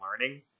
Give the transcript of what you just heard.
learning